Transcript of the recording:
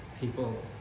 people